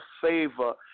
favor